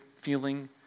feeling